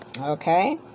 Okay